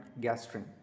gastrin